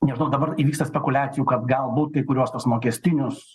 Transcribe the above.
nežinau dabar įvyksta spekuliacijų kad galbūt kai kurios tuos mokestinius